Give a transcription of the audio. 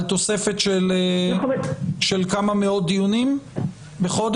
על תוספת של כמה מאות דיונים בחודש?